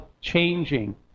changing